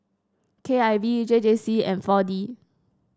K I V J J C and four D